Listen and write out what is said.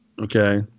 Okay